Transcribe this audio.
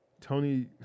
Tony